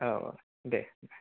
औ औ दे